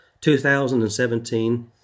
2017